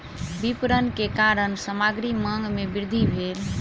विपरण के कारण सामग्री मांग में वृद्धि भेल